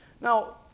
Now